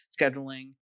scheduling